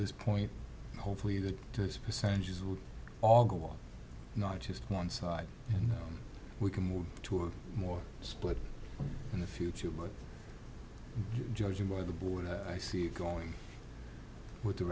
this point hopefully the percentages would all go on not just one side and we can move to a more split in the future but judging by the board i see it going with the